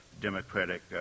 democratic